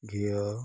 ଘିଅ